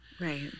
Right